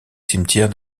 cimetière